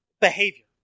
behavior